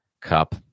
Cup